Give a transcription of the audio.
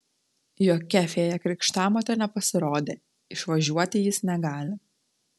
jokia fėja krikštamotė nepasirodė išvažiuoti jis negali